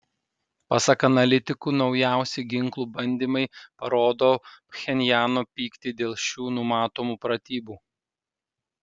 pasak analitikų naujausi ginklų bandymai parodo pchenjano pyktį dėl šių numatomų pratybų